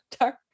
dark